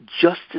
justice